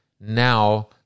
now